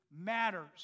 matters